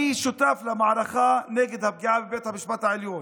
אני שותף למערכה נגד הפגיעה בבית המשפט העליון.